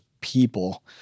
people